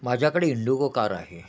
माझ्याकडे Indigo car आहे